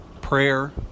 prayer